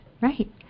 right